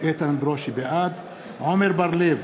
בעד עמר בר-לב,